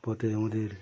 পথে আমাদের